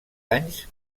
anys